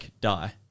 die